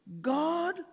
God